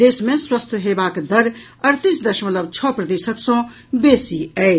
देश मे स्वस्थ हेबाक दर अड़तीस दशमलव छओ प्रतिशत सॅ बेसी अछि